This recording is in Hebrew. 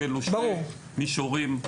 כי אלו שני מישורים שונים.